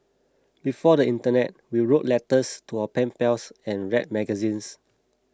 before the internet we wrote letters to our pen pals and read magazines